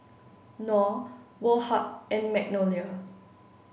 Knorr Woh Hup and Magnolia